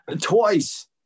twice